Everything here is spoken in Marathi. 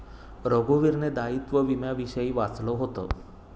रघुवीरने दायित्व विम्याविषयी वाचलं होतं